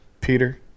Peter